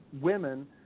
women